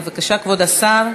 בבקשה, כבוד השר.